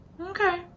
Okay